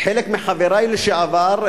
חלק מחברי לשעבר,